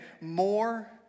more